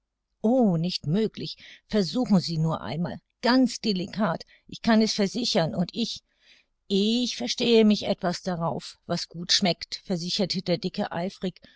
o nicht möglich versuchen sie nur einmal ganz delicat ich kann es versichern und ich ich verstehe mich etwas darauf was gut schmeckt versicherte der dicke eifrig